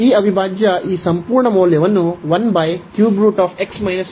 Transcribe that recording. ಈ ಅವಿಭಾಜ್ಯ ಈ ಸಂಪೂರ್ಣ ಮೌಲ್ಯವನ್ನು